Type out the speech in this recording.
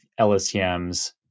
LSTMs